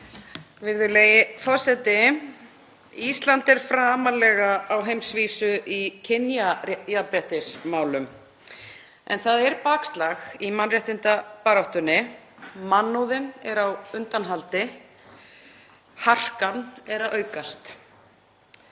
Virðulegi forseti. Ísland er framarlega á heimsvísu í kynjajafnréttismálum en það er bakslag í mannréttindabaráttunni. Mannúðin er á undanhaldi, harkan er að aukast.